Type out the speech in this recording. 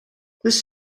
this